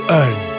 earn